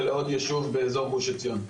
ולעוד יישוב באזור גוש עציון.